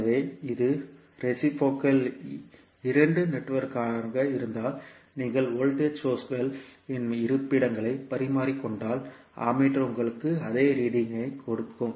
எனவே இது ரேசிப்ரோகல் இரண்டு நெட்வொர்க்காக இருந்தால் நீங்கள் வோல்ட்டேஜ் சோர்ஸ்கள் இன் இருப்பிடங்களை பரிமாறிக்கொண்டால் அம்மீட்டர் உங்களுக்கு அதே ரீடிங் கொடுக்கும்